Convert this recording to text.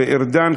וארדן,